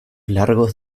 largos